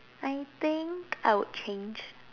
I think I would change